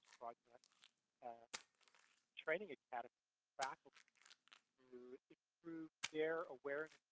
like project a training academy faculty to improve their awareness